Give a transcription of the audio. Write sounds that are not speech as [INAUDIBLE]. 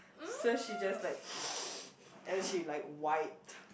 so she just like [NOISE] and she like wiped